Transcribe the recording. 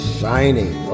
shining